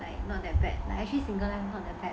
not that bad lah